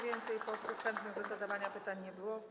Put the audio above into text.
Więcej posłów chętnych do zadania pytań nie było.